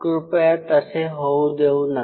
कृपया तसे होऊ देऊ नका